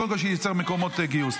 קודם כול שייצור מקומות גיוס.